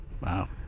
Wow